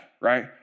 right